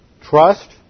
trust